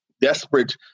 desperate